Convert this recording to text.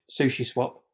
SushiSwap